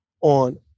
on